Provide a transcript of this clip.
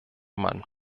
mann